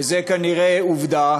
וזה כנראה עובדה,